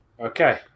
Okay